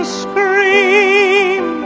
scream